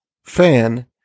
fan